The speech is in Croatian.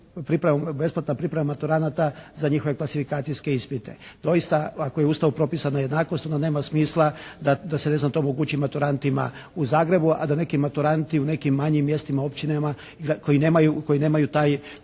besplatna priprema maturanata za njihove klasifikacijske ispite. Doista, ako je u Ustavu propisana jednakost, onda nema smisla da se ne znam to omogući maturantima u Zagrebu, a da neki maturanti u nekim manjim mjestima, općinama koji nemaju taj